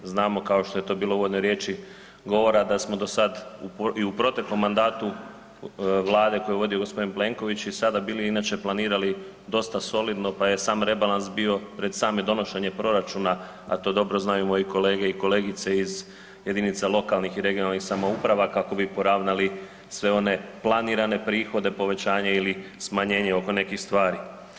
Znamo kao što je to bilo u uvodnoj riječi govora da smo do sada i u proteklom mandatu Vlade koju vodi gospodin Plenković i sada bili inače planirali dosta solidno pa je sam rebalans dobio pred samo donošenje proračuna, a to dobro znaju moje kolege i kolegice iz jedinica lokalnih i regionalnih samouprava kako bi poravnali sve one planirane prihode, povećanje ili smanjenje oko nekih stvari.